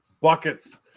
buckets